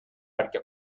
perquè